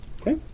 Okay